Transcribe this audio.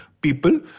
people